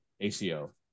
aco